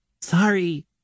Sorry